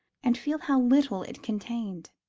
and feel how little it contained